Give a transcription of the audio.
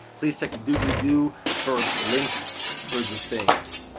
please check the doobly-do for links for the things.